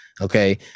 Okay